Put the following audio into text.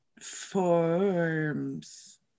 forms